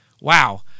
wow